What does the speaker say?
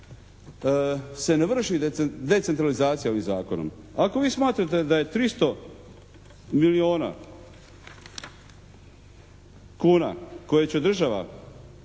se ne vrši decentralizacija ovim Zakonom. Ako vi smatrate da je 300 milijona kuna koje će država